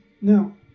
Now